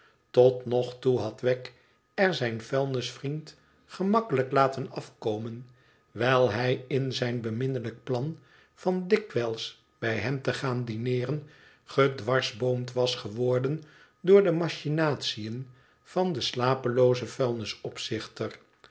tot nog toe had weg er zijn vmlnisvriend gemakkelijk laten afkomen wijl hij in zijn bemmnelijk plan van dikwijls bij hem te gaan dineeren gedwarsboomd was geworden door de machinatiën van den slapeloozen